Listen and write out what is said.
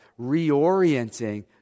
Reorienting